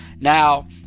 Now